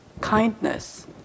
kindness